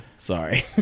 sorry